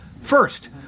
First